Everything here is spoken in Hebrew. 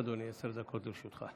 בבקשה, אדוני, עשר דקות לרשותך.